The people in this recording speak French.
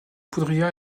poudrière